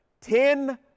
Ten